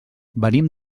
venim